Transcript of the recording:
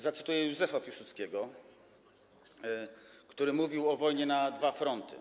Zacytuję Józefa Piłsudskiego, który mówił o wojnie na dwa fronty.